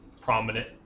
prominent